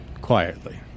Quietly